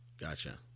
Gotcha